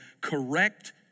correct